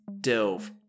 delve